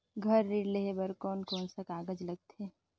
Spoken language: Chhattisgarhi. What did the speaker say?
घर ऋण लेहे बार कोन कोन सा कागज लगथे?